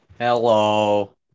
Hello